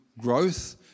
growth